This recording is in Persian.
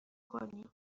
کنید